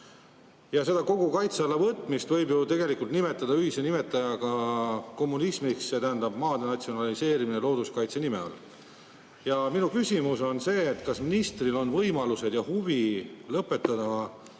seda kaitse alla võtmist võib ju tegelikult nimetada ühise nimetajaga kommunismiks, see tähendab maade natsionaliseerimist looduskaitse nime all. Ja minu küsimus on see: kas ministril on võimalused ja huvi lõpetada